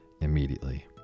immediately